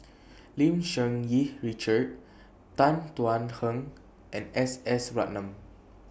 Lim Cherng Yih Richard Tan Thuan Heng and S S Ratnam